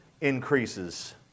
increases